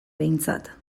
behintzat